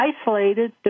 isolated